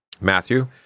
Matthew